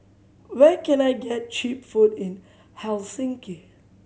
where can I get cheap food in Helsinki